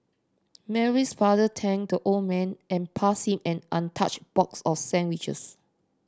Mary's father thanked the old man and passed him an untouched box of sandwiches